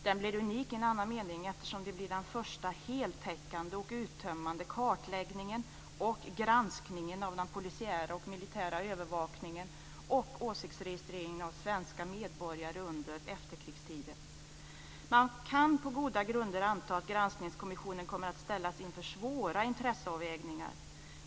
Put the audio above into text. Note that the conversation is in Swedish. Den blir unik i en annan mening, eftersom det blir den första heltäckande och uttömmande kartläggningen och granskningen av den polisiära och militära övervakningen och åsiktsregistreringen av svenska medborgare under efterkrigstiden. Man kan på goda grunder anta att Granskningskommissionen kommer att ställas inför svåra intressavvägningar.